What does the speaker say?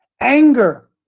anger